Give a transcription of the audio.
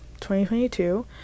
2022